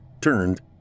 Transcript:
turned